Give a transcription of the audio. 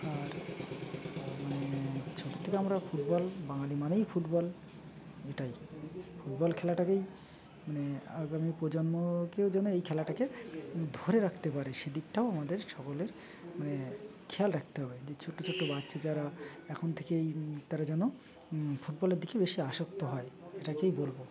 আর মানে ছোট থেকে আমরা ফুটবল বাঙালি মানেই ফুটবল এটাই ফুটবল খেলাটাকেই মানে আগামী প্রজন্মকেও যেন এই খেলাটাকে ধরে রাখতে পারে সেদিকটাও আমাদের সকলের মানে খেয়াল রাখতে হবে যে ছোট ছোট বাচ্চা যারা এখন থেকেই তারা যেন ফুটবলের দিকে বেশি আসক্ত হয় এটাকেই বলব